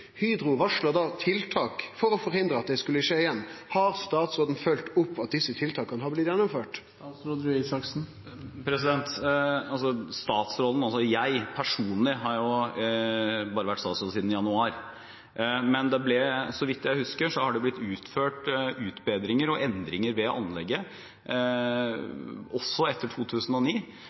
Hydro varsla da tiltak for å forhindre at det skulle skje igjen. Har statsråden fylgt opp at desse tiltaka har blitt gjennomførte? Jeg personlig har bare vært statsråd siden januar, men så vidt jeg husker, har det blitt utført utbedringer og endringer ved anlegget, også etter 2009,